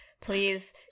please